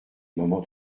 moments